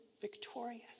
victorious